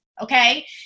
Okay